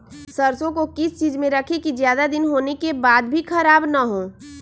सरसो को किस चीज में रखे की ज्यादा दिन होने के बाद भी ख़राब ना हो?